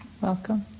Welcome